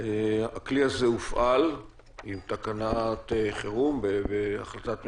הכלי הזה הופעל כתקנת חירום בהחלטת ממשלה.